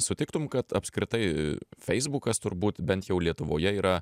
sutiktum kad apskritai feisbukas turbūt bent jau lietuvoje yra